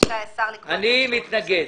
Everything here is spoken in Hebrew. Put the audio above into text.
אני מתנגד.